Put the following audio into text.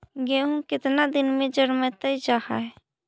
गेहूं केतना दिन में जलमतइ जा है?